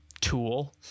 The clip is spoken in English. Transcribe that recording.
tool